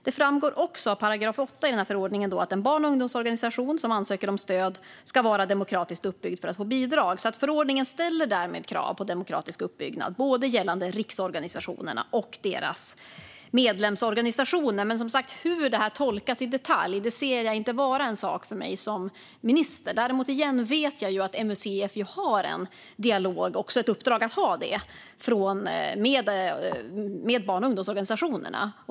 Det framgår också av 8 § i förordningen att en barn och ungdomsorganisation som ansöker om stöd ska vara demokratiskt uppbyggd för att få bidrag. Förordningen ställer därmed krav på demokratisk uppbyggnad gällande både riksorganisationerna och deras medlemsorganisationer. Men, som sagt, hur det tolkas i detalj ser jag inte vara en sak för mig som minister. Däremot vet jag att MUCF har en dialog - de har också ett uppdrag att ha det - med barn och ungdomsorganisationerna.